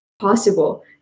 possible